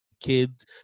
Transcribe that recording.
kids